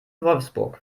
wolfsburg